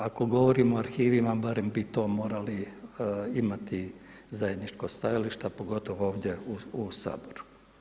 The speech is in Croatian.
Ako govorimo o arhivima, barem bi to morali imati zajedničko stajalište, a pogotovo ovdje u Saboru.